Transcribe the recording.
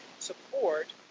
support